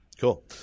Cool